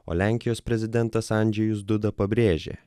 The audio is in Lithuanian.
o lenkijos prezidentas andžejus duda pabrėžė